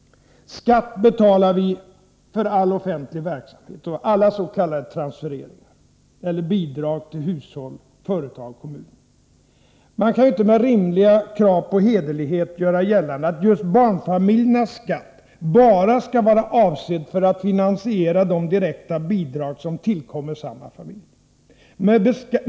Skatt betalar vi för all offentlig verksamhet och alla s.k. transfereringar eller bidrag till hushåll, företag och kommuner. Man kan inte med rimliga krav på hederlighet göra gällande att just barnfamiljernas skatt skall vara avsedd enbart för att finansiera de direkta bidrag som tillkommer samma familjer.